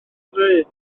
ddrud